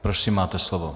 Prosím máte slovo.